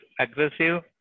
aggressive